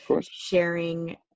sharing